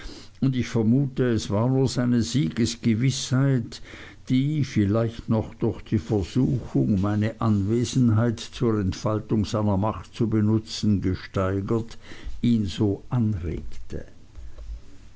und ich vermute es war nur seine siegesgewißheit die vielleicht noch durch die versuchung meine anwesenheit zur entfaltung seiner macht zu benutzen gesteigert ihn so anregte